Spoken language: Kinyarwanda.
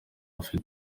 bafite